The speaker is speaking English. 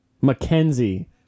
Mackenzie